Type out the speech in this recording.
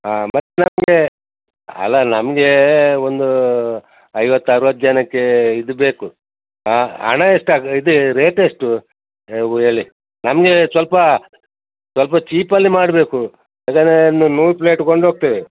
ಹಾಂ ಮತ್ತು ನಮಗೆ ಅಲ್ಲ ನಮಗೆ ಒಂದು ಐವತ್ತು ಅರ್ವತ್ತು ಜನಕ್ಕೆ ಇದು ಬೇಕು ಅ ಹಣ ಎಷ್ಟಾಗಿ ಇದು ರೇಟ್ ಎಷ್ಟು ನಮಗೆ ಸ್ವಲ್ಪ ಸ್ವಲ್ಪ ಚೀಪಲ್ಲಿ ಮಾಡಬೇಕು ಯಾಕಂದರೆ ನೂರು ಪ್ಲೇಟ್ ಕೊಂಡು ಹೋಗ್ತೇವೆ